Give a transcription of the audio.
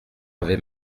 avait